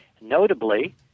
notably